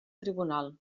tribunal